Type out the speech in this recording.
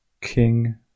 King